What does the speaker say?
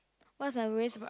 what is my worries about